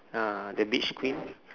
uh the beach queen